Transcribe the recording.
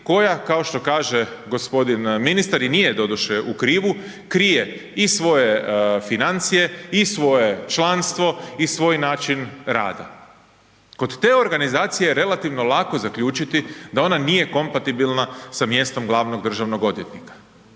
koja, kao što kaže g. ministar i nije doduše u krivu, krije i svoje financije i svoje članstvo i svoj način rada. Kod te organizacije je relativno lako zaključiti da ona nije kompatibilna sa mjestom glavnog državnog odvjetnika.